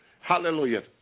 Hallelujah